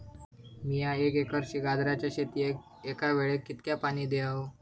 मीया एक एकर गाजराच्या शेतीक एका वेळेक कितक्या पाणी देव?